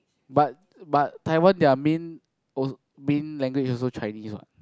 but but Taiwan their main o~ main language also Chinese what